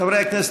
חברי הכנסת,